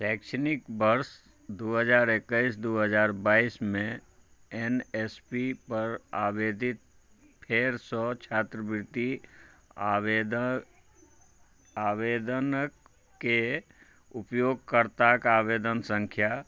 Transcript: शैक्षणिक वर्ष दू हजार एकैस दू हजार बाइसमे एन एस पी पर आवेदित फेरसँ छात्रवृत्ति आवेद आवेदनके उपयोगकर्ताक आवेदन सङ्ख्या